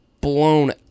blown